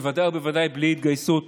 בוודאי ובוודאי בלי התגייסות